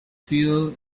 fear